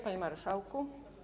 Panie Marszałku!